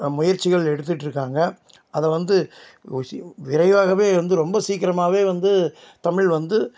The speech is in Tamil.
முயற்சிகள் எடுத்துகிட்ருக்காங்க அதை வந்து வி விரைவாகவே வந்து ரொம்ப சீக்கிரமாவே வந்து தமிழ் வந்து